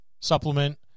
supplement